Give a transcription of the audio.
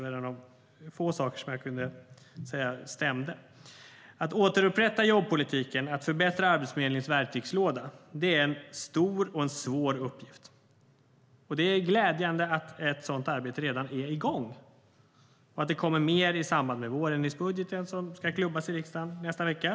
Det var en av få saker i hennes anförande som jag kan säga stämde. Att återupprätta jobbpolitiken och förbättra Arbetsförmedlingens verktygslåda är en stor och svår uppgift. Men det är glädjande att ett sådant arbete redan är igång och att det kommer mer i samband med vårändringsbudgeten som ska klubbas i riksdagen nästa vecka.